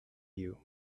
you